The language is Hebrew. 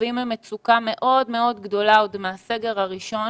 שסובלים מצוקה מאוד מאוד גדולה עוד מהסגר הראשון